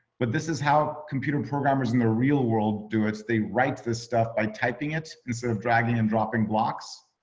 but this is how computer programmers in the real world do it. they write this stuff by typing it, instead of dragging and dropping blocks.